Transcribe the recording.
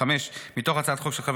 חוק של חבר